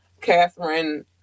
Catherine